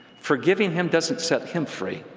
forgiving him doesn't set him free,